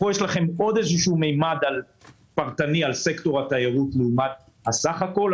יש לנו עוד ממד פרטני על סקטור התיירות לעומת הסך הכול,